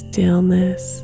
Stillness